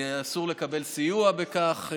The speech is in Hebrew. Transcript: אסור לקבל סיוע בכך.